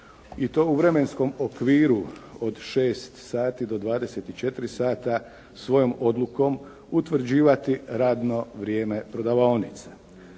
i to u vremenskom okviru od 6 sati do 24 sata, svojom odlukom utvrđivati radno vrijeme prodavaonica.